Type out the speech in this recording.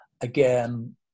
again